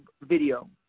video